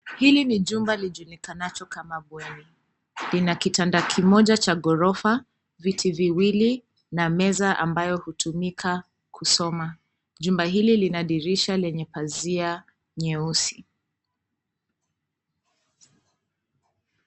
Hili ni jumba lijulikanacho kama bweni. Lina kitanda kimoja cha ghorofa, viti viwili na meza ambayo hutumika kusoma. Jumba hili lina dirisha lenya pazia nyeusi.